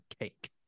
cake